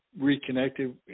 reconnected